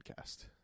podcast